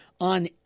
on